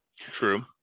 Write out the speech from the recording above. true